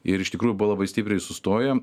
ir iš tikrųjų buvo labai stipriai sustoję